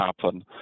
happen